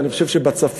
ואני חושב שבצפון.